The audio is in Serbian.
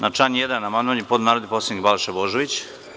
Na član 1. amandman je podneo narodni poslanik Balša Božović.